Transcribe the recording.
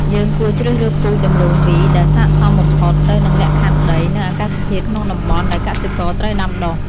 យើងគួរជ្រើសរើសពូជដំឡូងមីដែលស័ក្តិសមបំផុតទៅនឹងលក្ខខណ្ឌដី និងអាកាសធាតុក្នុងតំបន់ដែលកសិករត្រូវដាំដុះ។